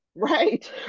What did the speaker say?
Right